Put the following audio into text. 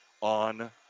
on